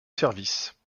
service